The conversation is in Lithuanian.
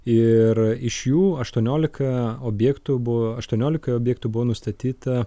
ir iš jų aštuoniolika objektų buvo aštuoniolikoje objektų buvo nustatyta